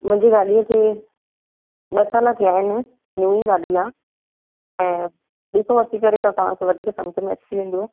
मुंहिंजी गाॾीअ खे ॿ साल थिया आहिनि नईं गाॾी आहे ऐं ॾिसो अची करे त तव्हांखे वधीक समुझ में अची वेंदुव